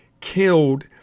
killed